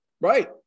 right